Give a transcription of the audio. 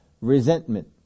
resentment